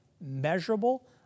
measurable